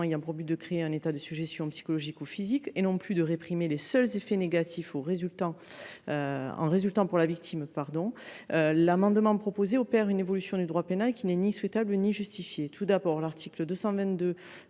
ayant pour but de créer un état de sujétion psychologique ou physique et non plus de réprimer les seuls effets négatifs qui en résultent pour la victime, cet article tend à proposer une évolution du droit pénal qui n’est ni souhaitable ni justifiée. Tout d’abord, l’article 222